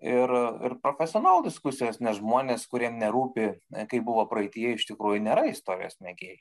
ir ir profesional diskusijos nes žmonės kuriem nerūpi kaip buvo praeityje iš tikrųjų nėra istorijos mėgėjai